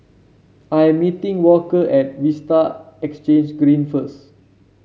I'm meeting Walker at Vista Exhange Green first